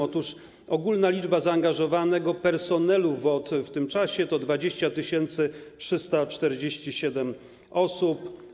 Otóż ogólna liczba zaangażowanego personelu WOT w tym czasie to 20 347 osób.